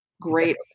great